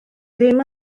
ddim